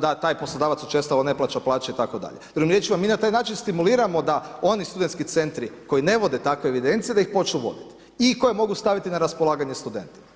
da taj poslodavac učestalo ne plaća plaće itd. drugim riječima mi na taj način stimuliramo da oni studentski centri koji ne vode takve evidencije da ih počnu voditi i koje mogu staviti na raspolaganje studentima.